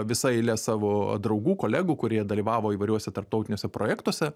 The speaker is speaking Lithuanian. visa eile savo draugų kolegų kurie dalyvavo įvairiuose tarptautiniuose projektuose